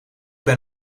ben